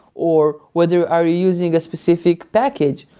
or whether are you using a specific package?